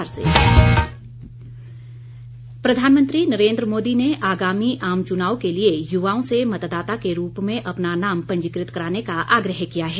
मन की बात प्रधानमंत्री नरेन्द्र मोदी ने आगामी आम चुनाव के लिए युवाओं से मतदाता के रूप में अपना नाम पंजीकृत कराने का आग्रह किया है